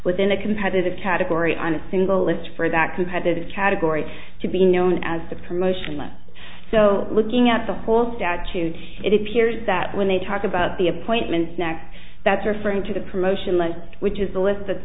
within a competitive category on a single list for that competitive category to be known as the promotion or so looking at the whole statute it appears that when they talk about the appointments next that's referring to the promotion lead which is the list that's